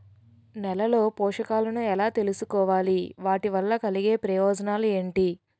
నేలలో పోషకాలను ఎలా తెలుసుకోవాలి? వాటి వల్ల కలిగే ప్రయోజనాలు ఏంటి?